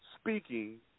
speaking